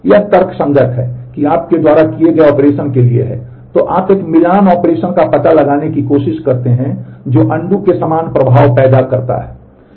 यह तर्कसंगत है कि आपके द्वारा किए गए ऑपरेशन के लिए है तो आप एक मिलान ऑपरेशन का पता लगाने की कोशिश करते हैं जो अनडू के समान प्रभाव पैदा करता है